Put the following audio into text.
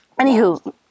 Anywho